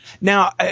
Now